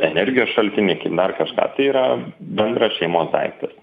energijos šaltinį kaip dar kažką tai yra bendras šeimos daiktas